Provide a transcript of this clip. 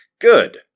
Good